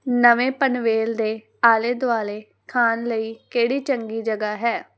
ਨਵੇਂ ਪਨਵੇਲ ਦੇ ਆਲੇ ਦੁਆਲੇ ਖਾਣ ਲਈ ਕਿਹੜੀ ਚੰਗੀ ਜਗ੍ਹਾ ਹੈ